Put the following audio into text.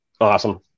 Awesome